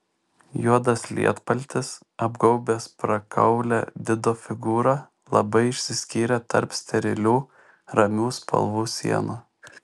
juodas lietpaltis apgaubęs prakaulią dido figūrą labai išsiskyrė tarp sterilių ramių spalvų sienų